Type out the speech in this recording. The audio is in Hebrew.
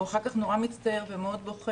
הוא אחר כך הוא נורא מצטער ומאוד בוכה,